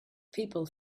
people